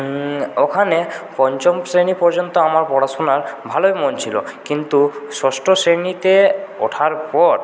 ওখানে পঞ্চম শ্রেণী পর্যন্ত আমার পড়াশোনার ভালোই মন ছিলো কিন্তু ষষ্ঠ শ্রেণীতে ওঠার পর